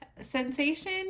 sensation